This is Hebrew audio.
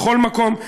בכל מקום.